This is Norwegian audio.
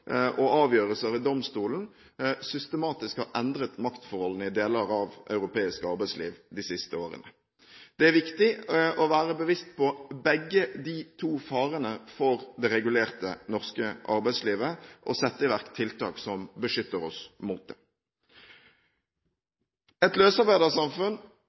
og avgjørelser ved domstolen systematisk har endret maktforholdene i deler av europeisk arbeidsliv de siste årene. Det er viktig å være bevisst på begge de to farene for det regulerte norske arbeidslivet og sette i verk tiltak som beskytter oss mot det. Et løsarbeidersamfunn